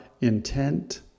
intent